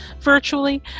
virtually